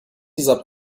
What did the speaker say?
dieser